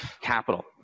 capital